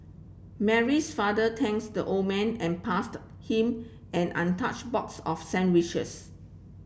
Mary's father thanks the old man and passed him an untouched box of sandwiches